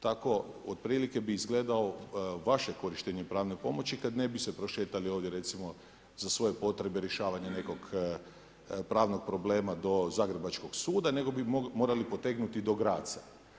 Tako otprilike bi izgledalo vaše korištenje pravne pomoći kad ne bi se prošetali ovdje recimo za svoje potrebe rješavanja nekog pravnog problema do zagrebačkog suda nego bi morali potegnuti do Graza.